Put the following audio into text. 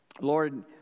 Lord